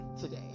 today